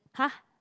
!huh!